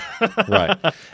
Right